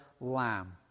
Lamb